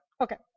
Okay